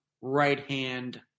right-hand